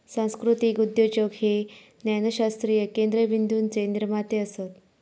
सांस्कृतीक उद्योजक हे ज्ञानशास्त्रीय केंद्रबिंदूचे निर्माते असत